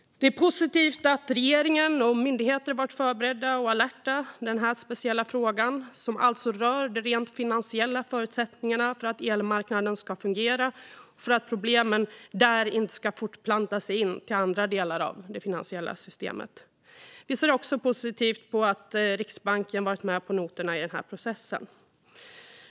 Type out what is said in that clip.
Det är positivt att regering och myndigheter varit förberedda och alerta i denna speciella fråga, som alltså rör de rent finansiella förutsättningarna för att elmarknaden ska fungera, så att problemen där inte ska fortplanta sig till andra delar av det finansiella systemet. Vi ser också positivt på att Riksbanken har varit med på noterna i denna process.